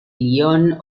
ion